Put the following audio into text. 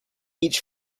each